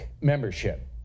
membership